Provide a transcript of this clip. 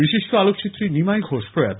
বিশিষ্ট আলোকচিত্রী নিমাই ঘোষ প্রয়াত